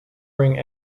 bring